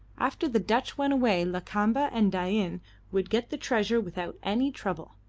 after the dutch went away lakamba and dain would get the treasure without any trouble,